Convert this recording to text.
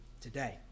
today